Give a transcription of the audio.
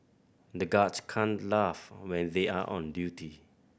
the guards can't laugh when they are on duty